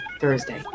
Thursday